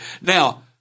Now